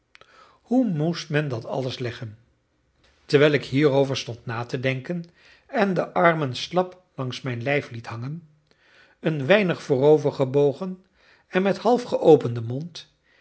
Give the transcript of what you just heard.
hoe moest men dat alles leggen terwijl ik hierover stond na te denken en de armen slap langs mijn lijf liet hangen een weinig voorovergebogen en met half geopenden mond